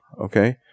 Okay